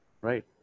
right